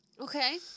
Okay